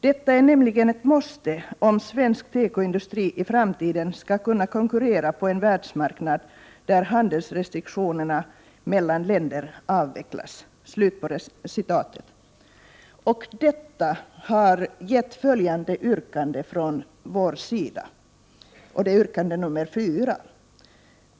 Detta är nämligen ett måste om svensk tekoindustri i framtiden skall kunna konkurrera på en världsmarknad där handelsrestriktionerna mellan länder avvecklas.” Detta har gett följande yrkande i vår motion: ”4.